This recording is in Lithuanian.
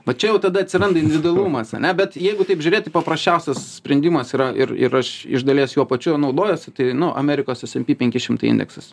va čia jau tada atsiranda individualumas ane bet jeigu taip žiūrėti paprasčiausias sprendimas yra ir ir aš iš dalies juo pačiu naudojuosi tai nu amerikos esempy penki šimtai indeksas